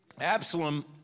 Absalom